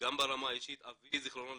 גם ברמה האישית, אבי ז"ל